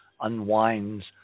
unwinds